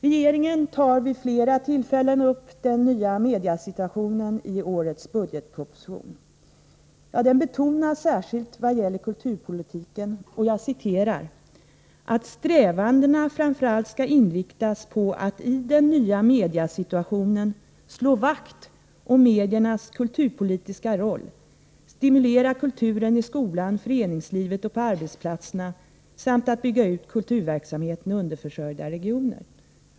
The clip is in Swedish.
Regeringen tar upp den nya mediesituationen på flera ställen i årets budgetproposition, ja, den betonar särskilt i vad gäller kulturpolitiken att där ”bör strävandena framför allt inriktas på att i den nya mediesituationen slå vakt om mediernas kulturpolitiska roll, att stimulera kulturen i skolan, föreningslivet och på arbetsplatserna samt att bygga ut kulturverksamheten i underförsörjda regioner”.